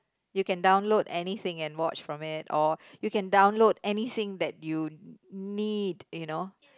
you can download anything and watch from it or you can download anything that you need you know